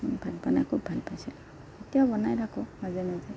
মই ভাত বনাই খুব ভাল পাইছিলোঁ এতিয়াও বনাই থাকোঁ মাজে মাজে